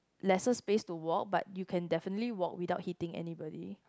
lesser space to walk but you can definitely walk without hitting anybody